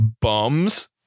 bums